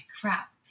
crap